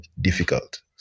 difficult